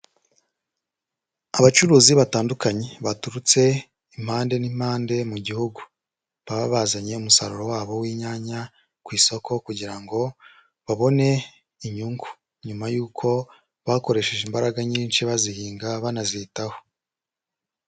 Abacuruzi batandukanye baturutse impande n'impande mu gihugu, baba bazanye umusaruro wabo w'inyanya ku isoko kugira ngo babone inyungu, nyuma y'uko bakoresheje imbaraga nyinshi bazihinga banazitaho,